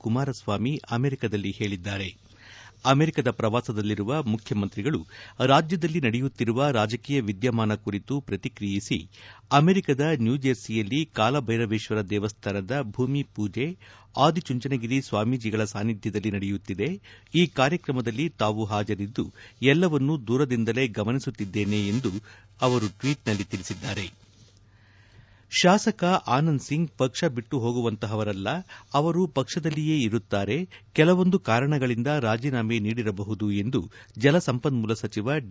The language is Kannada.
ಕುಮಾರಸ್ವಾಮಿ ಅಮೆರಿಕಾದಲ್ಲಿ ಹೇಳಿದ್ದಾರೆ ಅಮೆರಿಕದ ಪ್ರವಾಸದಲ್ಲಿರುವ ಮುಖ್ಯಮಂತ್ರಿಗಳು ರಾಜ್ಯದಲ್ಲಿ ನಡೆಯುತ್ತಿರುವ ರಾಜಕೀಯ ವಿದ್ಯಮಾನ ಕುರಿತು ಪ್ರತಿಕ್ರಿಯಿಸಿ ಅಮೆರಿಕದ ನ್ಯೂಜೆರ್ಸಿಯಲ್ಲಿ ಕಾಲ ಬೈರವೇಶ್ವರ ದೇವಸ್ವಾನದ ಭೂಮಿ ಪೂಜೆ ಆದಿಚುಂಚನಗಿರಿ ಸ್ವಾಮಿಜೀಗಳ ಸಾನಿದ್ಯದಲ್ಲಿ ನಡೆಯುತ್ತಿದೆ ಈ ಕಾರ್ಯಕ್ರಮದಲ್ಲಿ ತಾವು ಹಾಜರಿದ್ದು ಎಲ್ವವನ್ನೂ ದೂರದಿಂದಲೇ ಗಮನಿಸುತ್ತಿದ್ದೇನೆ ಎಂದು ಅವರು ಟ್ವೀಟ್ನಲ್ಲಿ ತಿಳಿಸಿದ್ದಾರೆ ಶಾಸಕ ಆನಂದ್ ಸಿಂಗ್ ಪಕ್ಷ ಬಿಟ್ಟು ಹೋಗುವಂತಹವರಲ್ಲ ಅವರು ಪಕ್ಷದಲ್ಲಿಯೇ ಇರುತ್ತಾರೆ ಕೆಲವೊಂದು ಕಾರಣಗಳಿಂದ ರಾಜೀನಾಮೆ ನೀಡಿರಬಹುದು ಎಂದು ಜಲಸಂಪನ್ಮೂಲ ಸಚಿವ ಡಿ